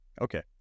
Okay